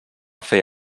fer